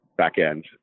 backend